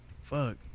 fuck